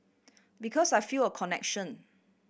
because I feel a connection